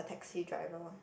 a taxi driver